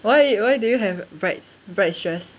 why why do you have brad brad is stressed